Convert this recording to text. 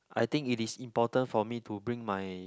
I think it is important for me to bring my